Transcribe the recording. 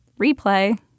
Replay